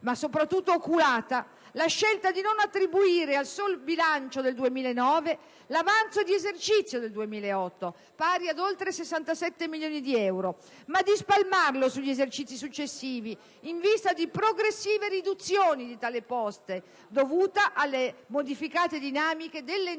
ma soprattutto oculata, la scelta di non attribuire al solo bilancio 2009 l'avanzo di esercizio 2008 (pari ad oltre 67 milioni di euro), ma di spalmarlo sugli esercizi successivi, in vista di progressive riduzioni di tale posta, dovute alle modificate dinamiche delle entrate